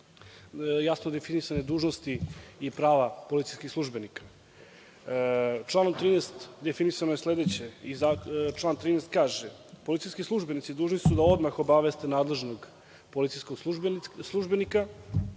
jasno definisane dužnosti i prava policijskih službenika. Članom 13. definisano je sledeće, član 13. kaže – policijski službenici dužni su da odmah obaveste nadležnog policijskog službenika